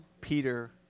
Peter